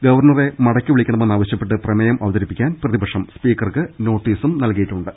ഗവർണറെ മടക്കി വിളിക്കണമെന്ന് ആവശ്യപ്പെട്ട് പ്രമേയം അവതരിപ്പി ക്കാൻ പ്രതിപക്ഷം സ്പീക്കർക്ക് നോട്ടീസ് നൽകിയിട്ടുണ്ട്